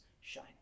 shine